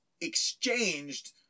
exchanged